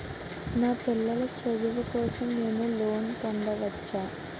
నా పిల్లల చదువు కోసం నేను లోన్ పొందవచ్చా?